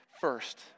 first